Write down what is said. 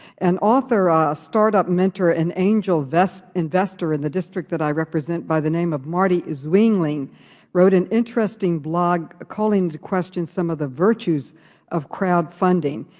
an offer, a ah startup mentor and angel investor investor in the district that i represent by the name of marty zwilling wrote an interesting blog calling into question some of the virtues of crowdfunding,